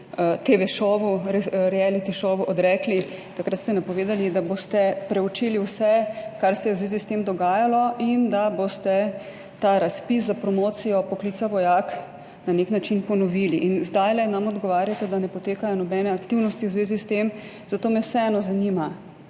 TV-šovu, reality šovu. Takrat ste napovedali, da boste preučili vse, kar se je v zvezi s tem dogajalo, in da boste ta razpis za promocijo poklica vojaka na nek način ponovili. In zdaj nam odgovarjate, da ne potekajo nobene aktivnosti v zvezi s tem. Zato me vseeno zanima: